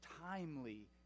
timely